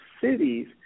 cities